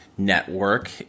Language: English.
Network